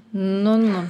nu nu